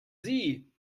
sie